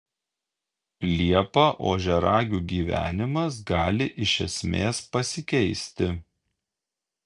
liepą ožiaragių gyvenimas gali iš esmės pasikeisti